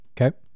Okay